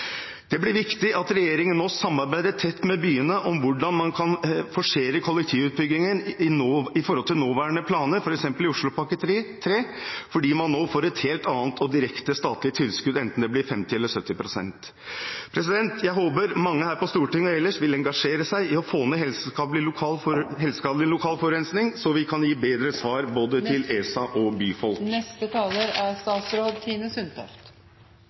Det blir viktig at regjeringen nå samarbeider tett med byene om hvordan man kan forsere kollektivutbyggingen i forhold til nåværende planer, f.eks. i Oslopakke 3, fordi man nå får et helt annet, direkte statlig tilskudd, enten det blir 50 pst. eller 70 pst. Jeg håper mange her på Stortinget og ellers vil engasjere seg i å få ned helseskadelig lokal forurensing, slik at vi kan gi bedre svar til både ESA og byfolk.